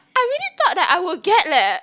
I really thought that I would get leh